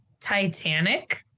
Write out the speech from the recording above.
Titanic